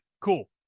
cool